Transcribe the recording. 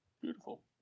Beautiful